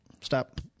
stop